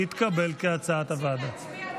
כהצעת הוועדה, התקבל.